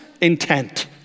intent